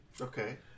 Okay